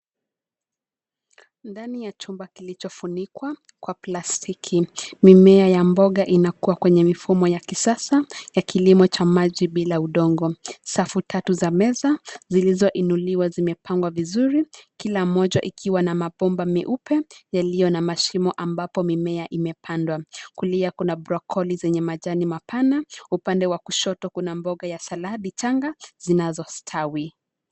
Ndani ya chumba kilichofunikwa kwa plastiki, mimea ya mboga inakuwa kwenye mifumo ya kisasa ya kilimo cha maji bila udongo. Safu tatu za meza zilizoinuliwa zimepangwa vizuri, kila moja ikiwa na mabomba meupe, yaliyo na mashimo ambapo mimea imepandwa. Kulia kuna broccoli zenye majani mapana, upande wa kushoto kuna mboga ya saladi changa, zinazostawi.